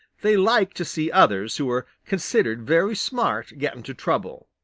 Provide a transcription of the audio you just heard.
they like to see others who are considered very smart get into trouble.